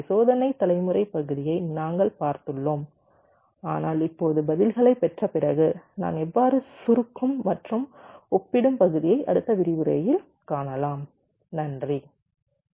எனவே சோதனை தலைமுறை பகுதியை நாங்கள் பார்த்துள்ளோம் ஆனால் இப்போது பதில்களைப் பெற்ற பிறகு நான் எவ்வாறு சுருக்கும் மற்றும் ஒப்பிடும் பகுதியை அடுத்த விரிவுரையில் காணலாம்